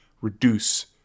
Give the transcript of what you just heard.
reduce